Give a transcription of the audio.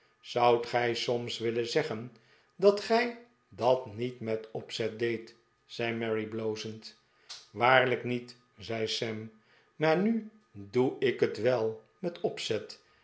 zoudt gij soms willen zeggen dat gij dat niet met opzet deedt zei mary blozend waariijk niet zei sam maar nu doe ik het wel met opzet